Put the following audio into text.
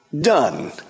done